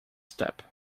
step